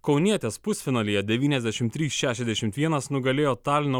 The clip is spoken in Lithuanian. kaunietės pusfinalyje devyniasdešim trys šešiasdešimt vienas nugalėjo talino